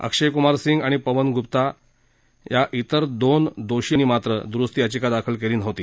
अक्षय कुमार सिंग आणि पवन गुप्ता इतर दोन दोषींनी मात्र द्रुस्ती याचिका दाखल केली नव्हती